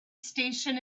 station